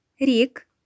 Rick